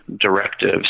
directives